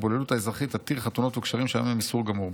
ההתבוללות האזרחית תתיר חתונות וקשרים שהיום הם איסור גמור.